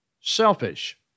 selfish